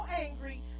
angry